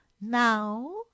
Now